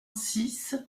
six